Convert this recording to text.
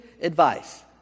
advice